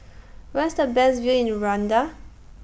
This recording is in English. Where IS The Best View in Rwanda